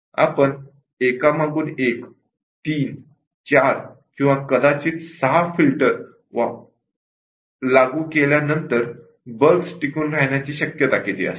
आपण एकामागून एक 3 4 किंवा कदाचित 6 फिल्टर लागू केल्यानंतर बग टिकून राहण्याची शक्यता किती असते